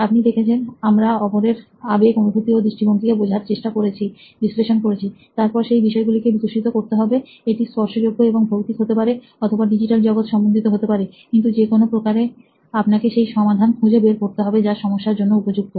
আপনি দেখেছেন আমরা অপরের আবেগ অনুভূতি ও দৃষ্টিভঙ্গিকে বোঝার চেষ্টা করেছি বিশ্লেষণ করেছি তারপর সেই বিষয়গুলিকে বিকশিত করতে হবে এটি স্পর্শযোগ্য এবং ভৌতিক হতে পারে অথবা ডিজিটাল জগৎ সম্বন্ধিত হতে পারে কিন্তু যে কোন প্রকারে আপনাকে সেই সমাধান খুঁজে বের করতে হবে যা সমস্যার জন্য উপযুক্ত